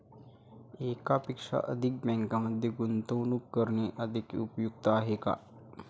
एकापेक्षा अधिक बँकांमध्ये गुंतवणूक करणे अधिक उपयुक्त आहे का?